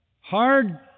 hard